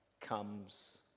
comes